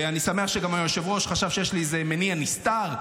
ואני שמח שגם היושב-ראש חשב שיש לי איזה מניע נסתר,